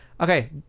Okay